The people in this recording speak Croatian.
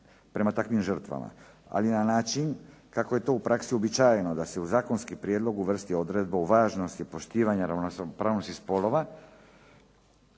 prema takvim žrtvama ali na način kako je to u praksi uobičajeno da se u zakonski prijedlog uvrsti odredba o važnosti poštivanja ravnopravnosti spolova